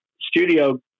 studio